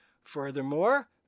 Furthermore